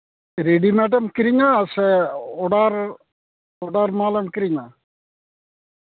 readymade ᱮᱢ ᱠᱤᱨᱤᱧᱟ ᱥᱮ ᱚᱰᱟᱨ ᱚᱰᱟᱨ ᱢᱟᱞᱮᱢ ᱠᱤᱨᱤᱧᱟ